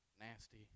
nasty